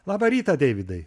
labą rytą deividai